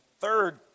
third